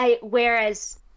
whereas